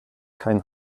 kein